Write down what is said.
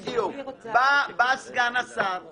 בא סגן השר ואמר,